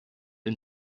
and